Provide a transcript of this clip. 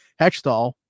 Hextall